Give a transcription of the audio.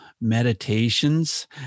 meditations